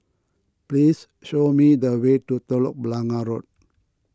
please show me the way to Telok Blangah Road